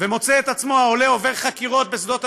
עם כל הכבוד.